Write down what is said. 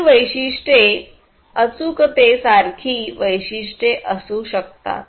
स्थिर वैशिष्ट्ये अचूकतेसारखी वैशिष्ट्ये असू शकतात